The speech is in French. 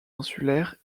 insulaires